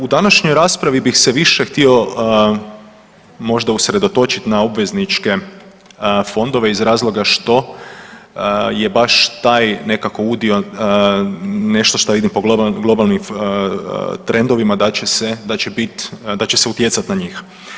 U današnjoj raspravi bih se više htio možda usredotočiti na obvezničke fondove iz razloga što je baš taj nekako udio nešto što ide po globalnim trendovima da će se utjecat na njih.